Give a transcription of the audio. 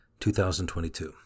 2022